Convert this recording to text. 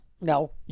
No